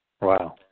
Wow